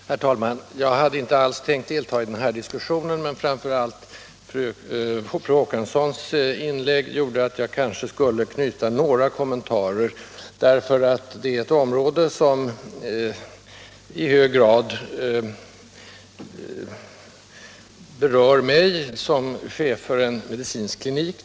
Herr talman! Jag hade inte alls tänkt delta i denna diskussion, men framför allt fru Håkanssons inlägg gjorde att jag anser mig böra ge några kommentarer, eftersom detta är ett område som i hög grad berör mig som arbetar vid en medicinsk klinik.